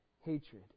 hatred